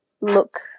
look